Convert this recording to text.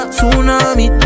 Tsunami